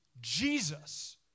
Jesus